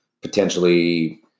potentially